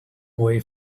way